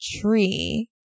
tree